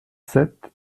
sept